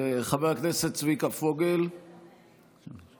חבר הכנסת צביקה פוגל, איננו.